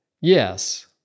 Yes